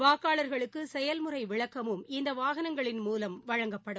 வாக்காளர்களுக்கு செயல்முறை விளக்கமும் இந்த வாகனங்களின் மூலம் வழங்கப்படும்